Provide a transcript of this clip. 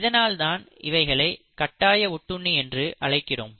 இதனால்தான் இவைகளை கட்டாய ஒட்டுண்ணி என்று அழைக்கிறோம்